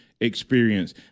experience